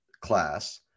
class